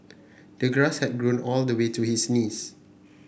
the grass had grown all the way to his knees